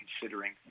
considering